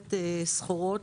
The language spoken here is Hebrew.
מייבאת סחורות,